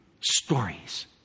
stories